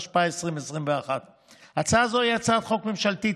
התשפ"א 2021. הצעה זו היא הצעת חוק ממשלתית,